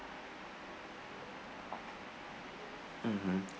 mmhmm